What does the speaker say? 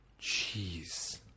Jeez